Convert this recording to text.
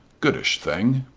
goodish thing,